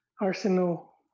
Arsenal